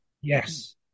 Yes